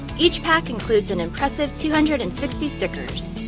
each pack includes an impressive two hundred and sixty stickers.